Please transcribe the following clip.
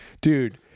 Dude